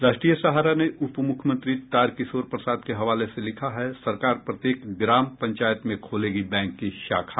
राष्ट्रीय सहारा ने उप मुख्यमंत्री तारकिशोर प्रसाद के हवाले से लिखा है सरकार प्रत्येक ग्राम पंचायत में खोलेगी बैंक की शाखा